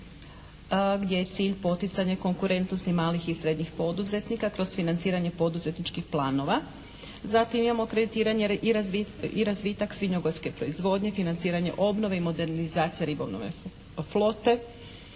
gdje je cilj poticanje konkurentnosti malih i srednjih poduzetnika kroz financiranje poduzetničkih planova. Zatim imamo kreditiranje i razvitak svinjogojske proizvodnje, financiranje obnove i modernizacije ribolovne flote,